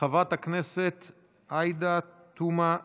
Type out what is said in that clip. חברת הכנסת עאידה תומא סלימאן,